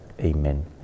Amen